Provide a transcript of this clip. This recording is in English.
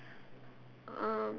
um